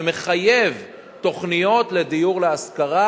ומחייב תוכניות לדיור להשכרה,